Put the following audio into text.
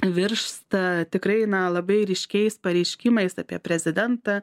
virsta tikrai na labai ryškiais pareiškimais apie prezidentą